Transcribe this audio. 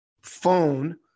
phone